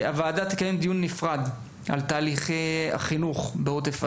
הוועדה תקיים דיון נפרד על תהליכי החינוך בעוטף עזה,